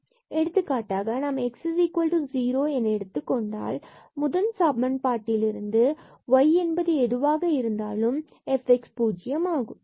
எடுத்துக்காட்டாக நாம் x0 என எடுத்துக்கொண்டால் பின்பு முதல் சமன்பாட்டில் இருந்து y எதுவாக இருந்தாலும் இதன் மதிப்பு fx பூஜ்யம் ஆகும்